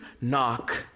knock